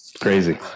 Crazy